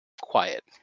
quiet